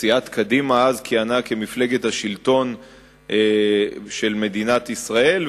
וסיעת קדימה אז כיהנה כמפלגת השלטון של מדינת ישראל.